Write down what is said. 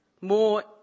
more